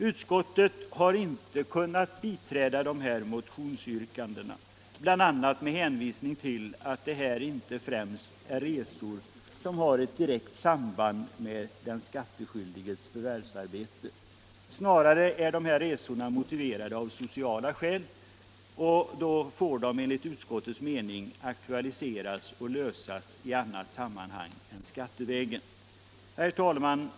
Utskottet har inte kunnat biträda motionsyrkandena, bl.a. med hänvisning till att det här inte är fråga om resor som har ett direkt samband med den skattskyldiges förvärvsarbete. Snarare är de här resorna motiverade av sociala skäl och får därför enligt utskottets mening aktualiseras och lösas i annat sammanhang än skattevägen. Herr talman!